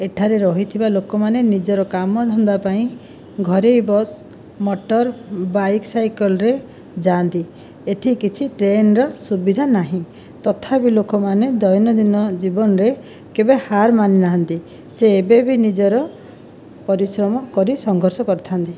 ଏଠାରେ ରହିଥିବା ଲୋକମାନେ ନିଜର କାମଧନ୍ଦା ପାଇଁ ଘରୋଇ ବସ ମଟର ବାଇକ ସାଇକେଲରେ ଯାଆନ୍ତି ଏଠି କିଛି ଟ୍ରେନର ସୁବିଧା ନାହିଁ ତଥାପି ଲୋକମାନେ ଦୈନନ୍ଦିନ ଜୀବନରେ କେବେ ହାର ମାନି ନାହାଁନ୍ତି ସେ ଏବେ ବି ନିଜର ପରିଶ୍ରମ କରି ସଂଘର୍ଷ କରିଥା'ନ୍ତି